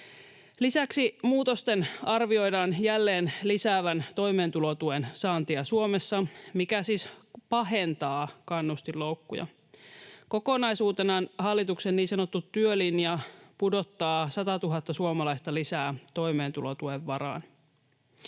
Lisäksi muutosten arvioidaan jälleen lisäävän toimeentulotuen saantia Suomessa, mikä siis pahentaa kannustinloukkuja. Kokonaisuutena hallituksen niin sanottu työlinja pudottaa 100 000 suomalaista lisää toimeentulotuen varaan.